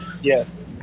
Yes